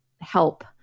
help